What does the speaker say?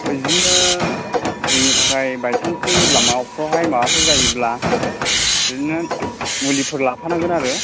बिदिनो जोंनि थाखाय बायसान्सनि लामाफ्रावहाय माबाफोर जायोब्ला बिदिनो मुलिफोर लाफानांगोन आरो